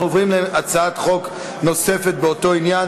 אנחנו עוברים להצעת חוק נוספת באותו עניין,